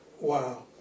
Wow